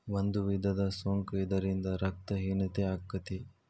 ಒಂದು ವಿಧದ ಸೊಂಕ ಇದರಿಂದ ರಕ್ತ ಹೇನತೆ ಅಕ್ಕತಿ